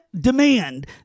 demand